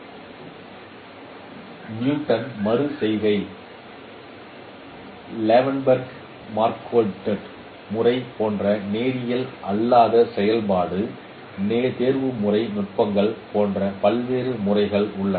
Newton மறு செய்கை Levenberg Marquardt முறை போன்ற நேரியல் அல்லாத செயல்பாட்டு தேர்வுமுறை நுட்பங்கள் போன்ற பல்வேறு முறைகள் உள்ளன